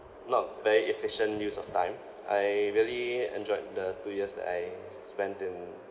not very efficient use of time I really enjoyed the two years that I spent in